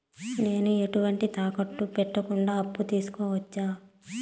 నేను ఎటువంటి తాకట్టు పెట్టకుండా అప్పు తీసుకోవచ్చా?